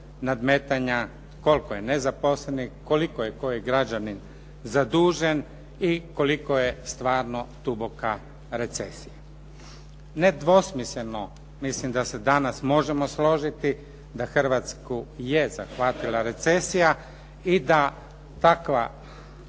nadmetanja koliko je nezaposlenih, koliko je koji građanin zadužen i koliko je stvarno duboka recesija. Nedvosmisleno mislim da se danas možemo složiti da Hrvatsku je zahvatila recesija i da takva